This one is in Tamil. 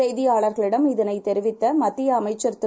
செய்தியாளர்களிடம்இதனைதெரிவித்தமத்தியஅமைச்சர்திரு